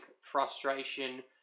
frustration